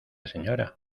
señora